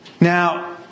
Now